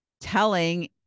telling